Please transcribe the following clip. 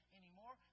anymore